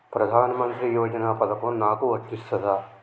ప్రధానమంత్రి యోజన పథకం నాకు వర్తిస్తదా?